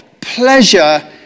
Pleasure